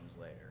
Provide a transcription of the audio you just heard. later